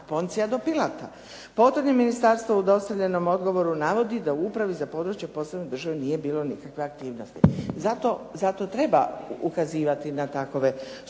Poncija do Pilata. Potom je ministarstvo u dostavljenom odgovoru navodi da u upravi za područje … /Govornica se ne razumije./ … nije bilo nikakve aktivnosti. Zato treba ukazivati na takve slučajeve,